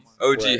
OG